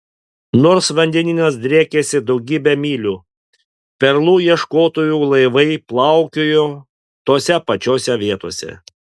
nors vandenynas driekėsi daugybę mylių perlų ieškotojų laivai plaukiojo tose pačiose vietose